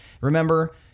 Remember